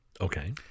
Okay